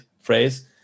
phrase